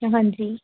ਹਾਂਜੀ